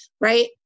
Right